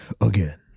again